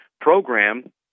program